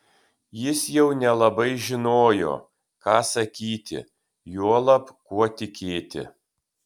jis jau nelabai žinojo ką sakyti juolab kuo tikėti